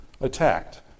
attacked